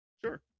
Sure